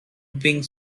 being